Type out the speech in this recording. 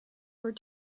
were